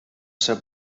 ser